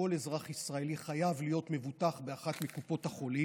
כל אזרח ישראלי חייב להיות מבוטח באחת מקופות החולים,